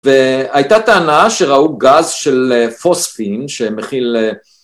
והייתה טענה שראו גז של פוספין שמכיל...